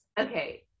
Okay